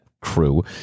crew